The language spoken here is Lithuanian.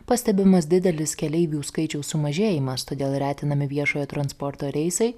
pastebimas didelis keleivių skaičiaus sumažėjimas todėl retinami viešojo transporto reisai